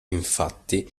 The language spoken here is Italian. infatti